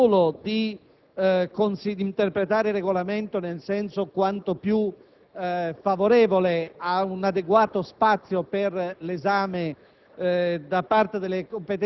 la pregherei non solo di interpretare il Regolamento nel senso quanto più favorevole ad un adeguato spazio per l'esame